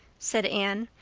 said anne.